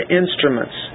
instruments